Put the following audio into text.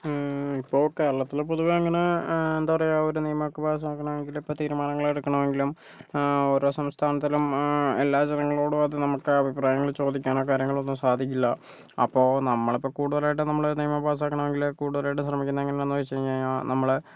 ഇപ്പോൾ കേരളത്തിലെ പൊതുവേ അങ്ങനെ എന്താ പറയുക ഒരു നിയമം ഒക്കെ പാസാക്കണം എങ്കിൽ ഇപ്പോൾ തീരുമാനമെടുക്കണം എങ്കിലും ഓരോ സംസ്ഥാനത്തിലും എല്ലാ ജനങ്ങളോടും അത് നമുക്ക് അഭിപ്രായങ്ങൾ ചോദിക്കാനോ കാര്യങ്ങൾ ഒന്നും സാധിക്കില്ല അപ്പോൾ നമ്മൾ ഇപ്പോൾ കൂടുതൽ ആയിട്ടും നമ്മൾ നിയമം പാസ്സാകണം എങ്കിൽ കൂടുതലായിട്ട് ശ്രമിക്കുന്നത് എങ്ങനെയാണെന്ന് വെച്ചുകഴിഞ്ഞാൽ നമ്മളെ